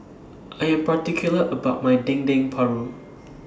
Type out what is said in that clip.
I Am particular about My Dendeng Paru